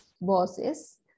bosses